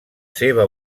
seva